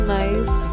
nice